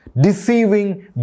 deceiving